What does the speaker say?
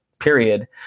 period